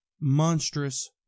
monstrous